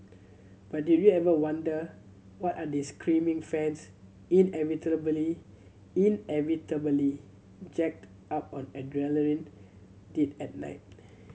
but did you ever wonder what are these creaming fans inevitably jacked up on adrenaline did at night